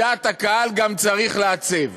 את דעת הקהל גם צריך לעצב.